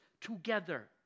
together